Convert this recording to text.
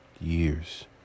years